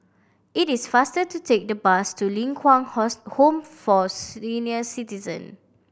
it is faster to take the bus to Ling Kwang Home for Senior Citizen